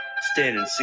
Standing